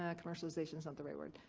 yeah commercialization is not the right word.